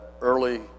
early